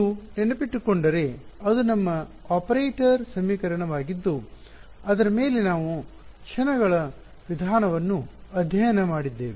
ನೀವು ನೆನಪಿಟ್ಟುಕೊಂಡರೆ ಅದು ನಮ್ಮ ಆಪರೇಟರ್ ಸಮೀಕರಣವಾಗಿದ್ದು ಅದರ ಮೇಲೆ ನಾವು ಕ್ಷಣಗಳ ವಿಧಾನವನ್ನು ಅಧ್ಯಯನ ಮಾಡಿದ್ದೇವೆ